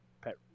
pet